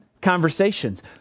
conversations